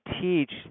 teach